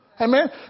Amen